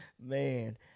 man